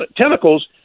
tentacles